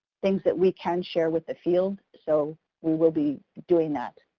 things that we can share with the field so we will be doing that.